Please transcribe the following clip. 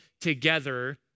together